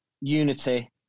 unity